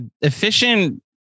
Efficient